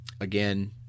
again